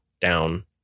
down